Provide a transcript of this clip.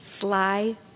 sly